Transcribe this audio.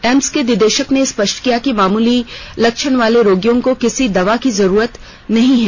AIIMS के निदेशक ने स्पष्ट किया कि मामूली लक्षण वाले रोगियों को किसी दवा की जरुरत नहीं है